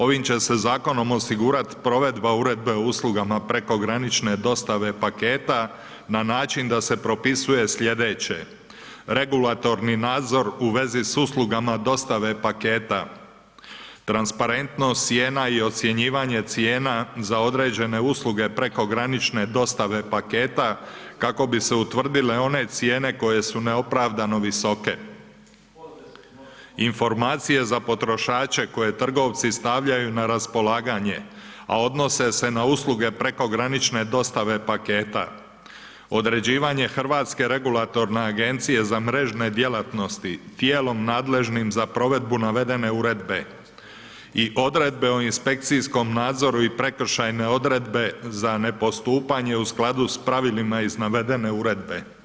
Ovim će se zakonom osigurati provedba Uredbe o uslugama prekogranične dostave paketa na način da se propisuje sljedeće: regulatorni nadzor u vezi sa uslugama dostave paketa, transparentnost cijena i ocjenjivanje cijena za određene usluge prekogranične dostave paketa kako bi se utvrdile one cijene koje su neopravdano visoke, informacije za potrošače koje trgovci stavljaju na raspolaganje a odnose se na usluge prekogranične dostave pakete, određivanje Hrvatske regulatorne agencije za mrežne djelatnosti tijelom nadležnim za provedbu navedene uredbe i odredbe o inspekcijskom nadzoru i prekršajne odredbe za nepostupanje u skladu sa pravilima iz navedene uredbe.